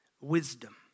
wisdom